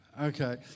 Okay